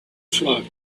flock